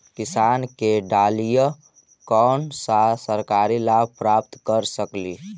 किसान के डालीय कोन सा सरकरी लाभ प्राप्त कर सकली?